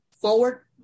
forward